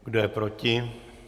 Kdo je proti?